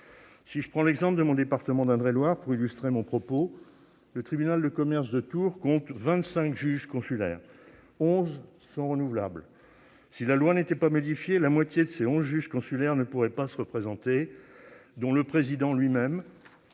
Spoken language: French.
Si je prends l'exemple de mon département d'Indre-et-Loire pour illustrer mon propos, le tribunal de commerce de Tours compte 25 juges consulaires dont 11 sont renouvelables. Si la loi n'était pas modifiée, la moitié de ces 11 juges consulaires ne pourrait pas se représenter, dont le président lui-même,